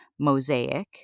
mosaic